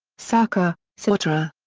sarkar, sahotra.